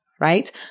Right